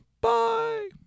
Bye